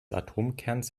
atomkerns